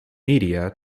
media